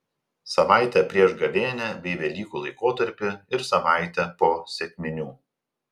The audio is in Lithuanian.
savaitę prieš gavėnią bei velykų laikotarpį ir savaitę po sekminių